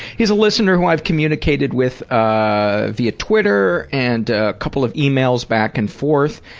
he's a listener who i've communicated with ah via twitter and a couple of emails back and forth.